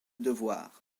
devoirs